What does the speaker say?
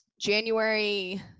January